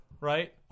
right